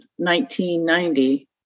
1990